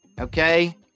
Okay